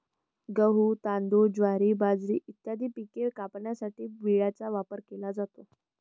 गहू, तांदूळ, ज्वारी, बाजरी इत्यादी पिके कापण्यासाठी विळ्याचा वापर केला जातो